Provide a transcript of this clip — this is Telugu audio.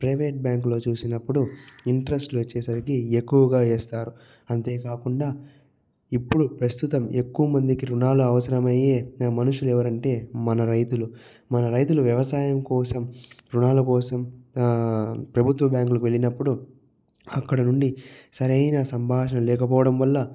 ప్రైవేట్ బ్యాంకులో చూసినప్పుడు ఇంట్రెస్ట్లో వచ్చేసరికి ఎక్కువగా వేస్తారు అంతేకాకుండా ఇప్పుడు ప్రస్తుతం ఎక్కువ మందికి రుణాలు అవసరమయ్యే మనుషులు ఎవరంటే మన రైతులు మన రైతులు వ్యవసాయం కోసం ఋణాల కోసం ప్రభుత్వ బ్యాంకులకి వెళ్ళినప్పుడు అక్కడ నుండి సరైన సంభాషణ లేకపోవడం వల్ల